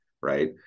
right